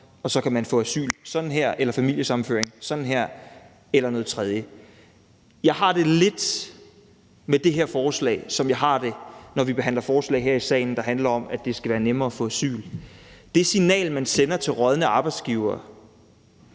fingerknips få asyl eller familiesammenføring eller noget tredje. Jeg har det lidt med det her forslag, som jeg har det, når vi behandler forslag her i salen, der handler om, at det skal være nemmere at få asyl. Det signal, man sender til rådne arbejdsgivere,